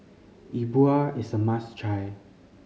E Bua is a must try